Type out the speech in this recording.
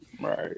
Right